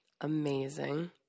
Amazing